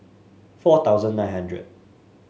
four thousand nine hundred